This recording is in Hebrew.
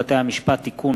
הצעת חוק בתי-המשפט (תיקון,